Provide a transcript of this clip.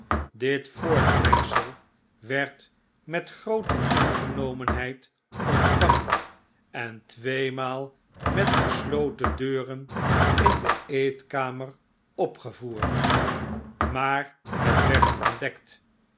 dit voortbrengsel werd met groote ingenomenheid ontvangen en tweemaal met fesloten deuren in de eetkamer opgevoerd aar het werd ontdekt